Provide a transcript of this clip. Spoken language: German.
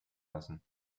lassen